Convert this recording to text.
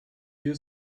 you